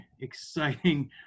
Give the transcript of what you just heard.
exciting